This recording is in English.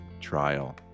trial